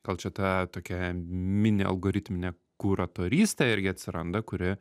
gal čia ta tokia mini algoritminė kuratorystė irgi atsiranda kuri